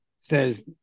says